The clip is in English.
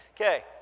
Okay